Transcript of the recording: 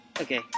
Okay